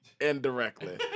Indirectly